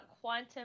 quantum